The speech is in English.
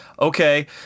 Okay